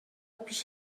پیش